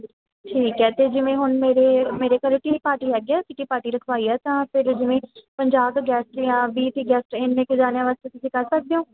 ਠੀਕ ਹੈ ਅਤੇ ਜਿਵੇਂ ਹੁਣ ਮੇਰੇ ਮੇਰੇ ਘਰ ਕਿੱਟੀ ਪਾਰਟੀ ਹੈਗੀ ਆ ਕਿੱਟੀ ਪਾਰਟੀ ਰਖਵਾਈ ਆ ਤਾਂ ਫਿਰ ਜਿਵੇਂ ਪੰਜਾਹ ਕੁ ਗੈਸਟ ਅਤੇ ਜਾਂ ਵੀਹ ਤੀਹ ਗੈਸਟ ਇੰਨੇ ਕੁ ਜਾਣਿਆ ਵਾਸਤੇ ਤੁਸੀਂ ਕਰ ਸਕਦੇ ਹੋ